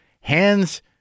hands